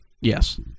Yes